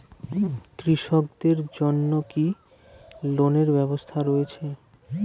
কৃষকদের জন্য কি কি লোনের ব্যবস্থা রয়েছে?